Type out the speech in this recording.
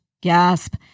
gasp